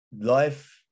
Life